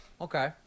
Okay